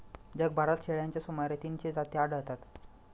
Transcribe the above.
जगभरात शेळ्यांच्या सुमारे तीनशे जाती आढळतात